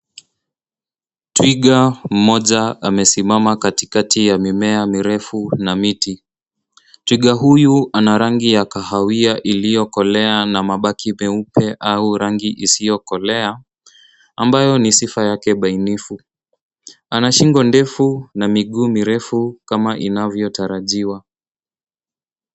Twiga mmoja amesimama katikati ya mimea mirefu na miti. Twiga huyu ana rangi ya kahawia iliyokolea na mabaki meupe au rangi isiyokolea ambayo ni sifa yake bainifu. Ana shingo ndefu na miguu mirefu kama inavyotarajiwa.